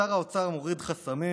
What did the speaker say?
שר האוצר מוריד חסמים,